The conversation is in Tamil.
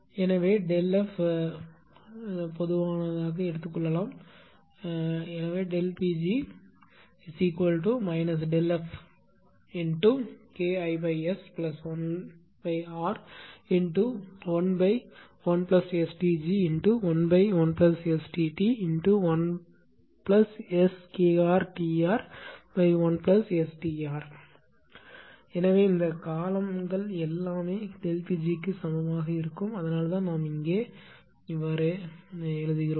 எனவே ΔF ΔF பொதுவானது அதாவது ΔP g இதற்கு சமம் Pg ΔFKIS1R11STg11STt1SKrTr1STr எனவே இந்த கால எல்லாமே ΔP g க்கு சமமாக இருக்கும் அதனால்தான் நாம் இங்கே என்ன எழுதுகிறோம்